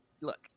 Look